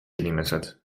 inimesed